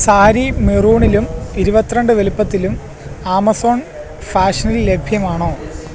സാരി മെറൂണിലും ഇരുപത്തിരണ്ട് വല്പ്പത്തിലും ആമസോൺ ഫാഷനിൽ ലഭ്യമാണോ